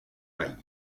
vaille